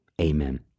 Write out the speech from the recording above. amen